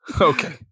Okay